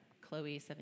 Chloe